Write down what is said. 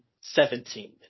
seventeen